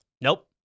Nope